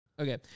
Okay